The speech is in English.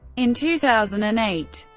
in two thousand and eight,